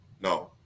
No